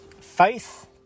Faith